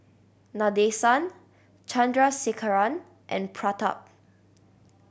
Nadesan Chandrasekaran and Pratap